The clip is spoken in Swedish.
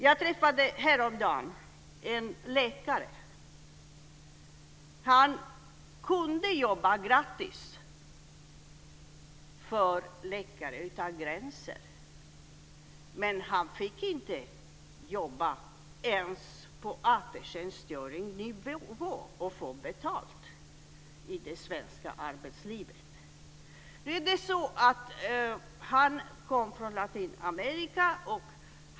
Jag träffade häromdagen en läkare. Han kunde jobba gratis för Läkare utan gränser, men han fick inte jobba ens på AT-läkarnivå och få betalt i det svenska arbetslivet. Nu var det så att han kom från Latinamerika.